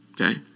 Okay